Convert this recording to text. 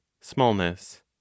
smallness